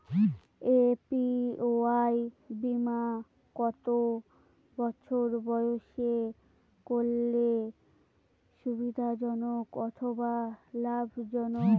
APY বীমা কত বছর বয়সে করলে সুবিধা জনক অথবা লাভজনক?